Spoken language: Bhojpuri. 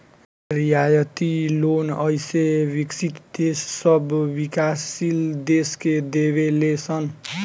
रियायती लोन अइसे विकसित देश सब विकाशील देश के देवे ले सन